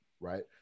right